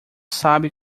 sabe